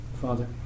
Father